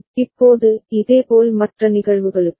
A இப்போது இதேபோல் மற்ற நிகழ்வுகளுக்கும்